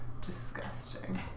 disgusting